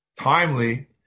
timely